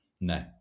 No